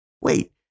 Wait